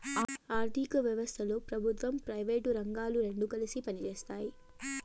ఆర్ధిక వ్యవస్థలో ప్రభుత్వం ప్రైవేటు రంగాలు రెండు కలిపి పనిచేస్తాయి